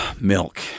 Milk